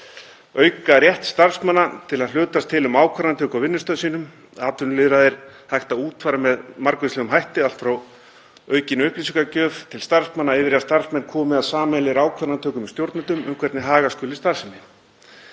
auka rétt starfsmanna til að hlutast til um ákvarðanatöku á vinnustað sínum. Atvinnulýðræði er hægt að útfæra með margvíslegum hætti; allt frá aukinni upplýsingagjöf til starfsmanna yfir í að starfsmenn komi að sameiginlegri ákvarðanatöku með stjórnvöldum um hvernig haga skuli starfsemi.